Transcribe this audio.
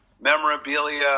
memorabilia